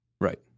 right